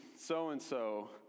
so-and-so